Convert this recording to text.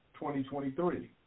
2023